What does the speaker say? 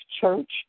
church